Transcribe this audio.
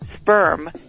sperm